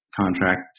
contract